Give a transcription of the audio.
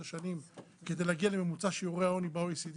שנים כדי להגיע לממוצע שיעורי העוני ב-OECD.